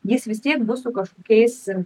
jis vis tiek bus su kažkokiais ir